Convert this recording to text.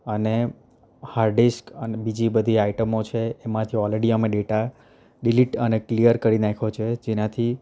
અને હાર્ડડિસ્ક અને બીજી બધી આઈટમો છે એમાંથી ઓલરેડી અમે ડેટા ડિલીટ અને ક્લિયર કરી નાખ્યો છે જેનાથી